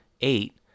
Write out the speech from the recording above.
eight